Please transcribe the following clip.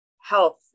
health